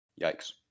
yikes